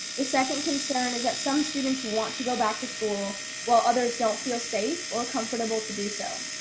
the second concern is that some students want to go back to school while others don't feel safe or comfortable to do so.